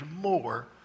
more